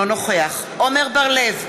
אינו נוכח עמר בר-לב,